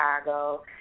Chicago